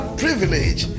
privilege